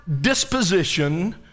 disposition